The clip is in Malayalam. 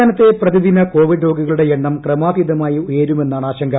സംസ്ഥാനത്തെ പ്രതിദിന കൊവിഡ് രോഗികളുടെ എണ്ണം ക്രമാതീതമായി ഉയരുമെന്നാണ് ആശങ്ക